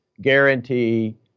guarantee